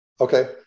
Okay